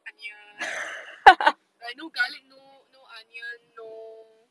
onions like no garlic no no onion no